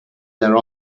their